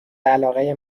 علاقه